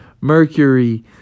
Mercury